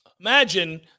Imagine